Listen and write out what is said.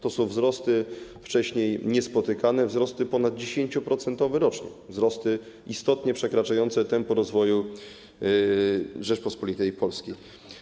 To są wzrosty wcześniej niespotykane, wzrosty ponad 10% rocznie, wzrosty istotnie przekraczające tempo rozwoju Rzeczypospolitej Polskiej.